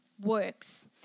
works